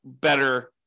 better